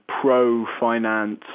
pro-finance